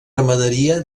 ramaderia